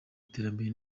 iterambere